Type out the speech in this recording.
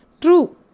True